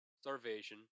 starvation